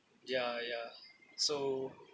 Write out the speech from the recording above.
ya ya so